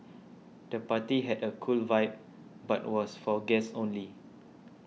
the party had a cool vibe but was for guests only